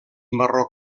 marró